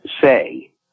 say